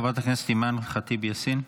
חברת הכנסת אימאן ח'טיב יאסין.